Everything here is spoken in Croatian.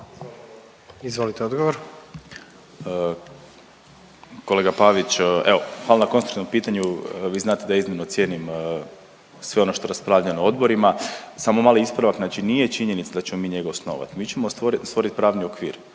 **Vidiš, Ivan** Kolega Pavić evo hvala na konstruktivnom pitanju. Vi znate da iznimno cijenim sve ono što je raspravljeno na odborima. Samo mali ispravak. Znači nije činjenica da ćemo mi njega osnovati. Mi ćemo stvoriti pravni okvir.